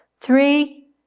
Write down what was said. Three